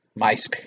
MySpace